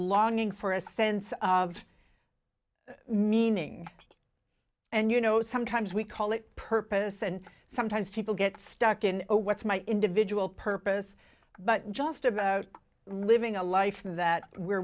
longing for a sense of nene ngs and you know sometimes we call it purpose and sometimes people get stuck in a what's my individual purpose but just about living a life that where